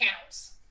counts